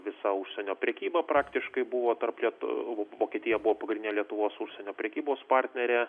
visa užsienio prekyba praktiškai buvo tarp lietuvių vokietija buvo pagrindinė lietuvos užsienio prekybos partnerė